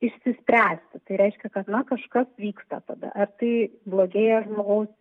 išsispręsti tai reiškia kad na kažkas vyksta tada ar tai blogėja žmogaus